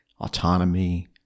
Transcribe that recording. autonomy